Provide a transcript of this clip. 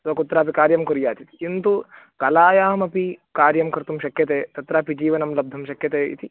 सः कुत्रापि कार्यं कुर्यात् इति किन्तु कलायामपि कार्यं कर्तुं शक्यते तत्र अपि जीवनं लब्धुं शक्यते इति